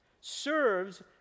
serves